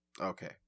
Okay